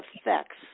effects